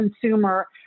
consumer